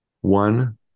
One